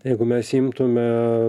jeigu mes imtume